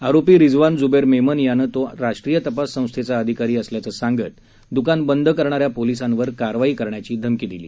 आरोपी रिजवान जुबेर मेमन यानं तो राष्ट्रीय तपास संस्थेचा अधिकारी असल्याचं सांगत दुकानं बंद करणाऱ्या पोलिसांवर कारवाई करण्याची धमकी दिली